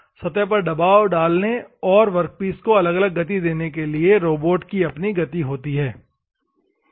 सतह पर दबाव डालने और वर्कपीस को अलग अलग गति देने के लिए रोबोट की अपनी गति होती है